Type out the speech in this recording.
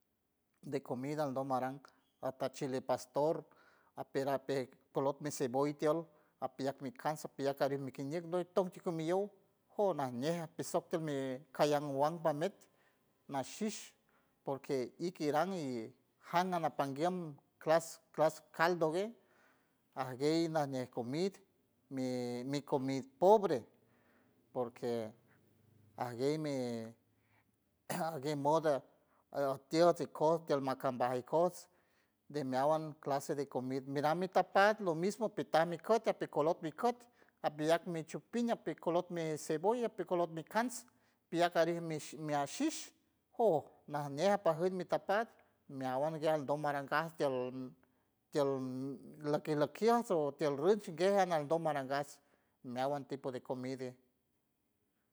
De comida aldon maran atar shile pastor aperaj pejej color meceboyiat apiyak micans apiyak carien mikiñej tonjo tok miyel jow najñe apisot toldmi cayan meawuand be nashish porque ikiran jan anapanguier clas caldo que aguey añej cane comide mi comid pobre porque aguey mii, gue moda a tiol ikots ti alma cambajay ikods de meawuand de clase de comid guiran de tapar lo mismo pitar micota api color ikods apiliar michupiña ap color mi cebolla apit color nicans apiliat color mi ashis jouj najñe apejiuld ni tapat meawuand guer aldon arangard tiold mm tiold mm lokier lokiors o tiolds rush a guield alan dom arangas meawuand tipo de comidie.